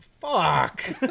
fuck